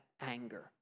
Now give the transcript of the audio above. anger